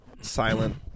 silent